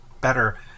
better